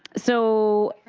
so,